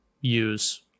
use